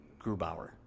Grubauer